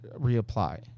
reapply